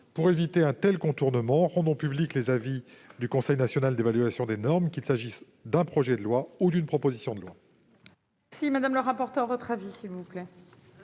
Pour éviter un tel contournement, rendons publics les avis du Conseil national d'évaluation des normes, qu'il s'agisse d'un projet de loi ou d'une proposition de loi